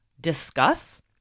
discuss